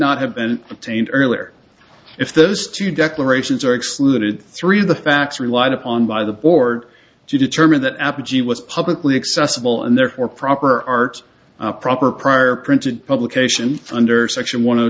not have been obtained earlier if those two declarations are excluded three of the facts relied upon by the board to determine that apogee was publicly accessible and therefore proper art proper prior printed publication under section one o